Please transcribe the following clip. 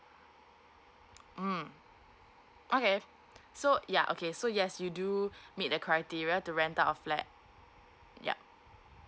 mm okay so yeah okay so yes you do meet the criteria to rent out a flat yup